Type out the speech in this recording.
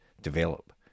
develop